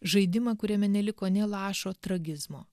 žaidimą kuriame neliko nė lašo tragizmo